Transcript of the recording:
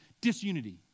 disunity